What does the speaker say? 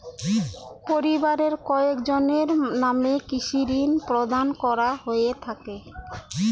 পরিবারের কয়জনের নামে কৃষি ঋণ প্রদান করা হয়ে থাকে?